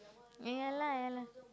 ya lah ya lah